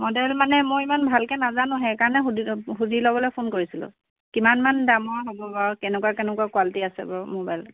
model মানে মই ইমান ভালকে নাজানো সেইকাৰণে সুধি ল'বলে ফোন কৰিছিলোঁ কিমানমান দামৰ হ'ব বাৰু কেনেকুৱা কেনেকুৱা কোৱালিটি আছে বাৰু মোবাইলৰ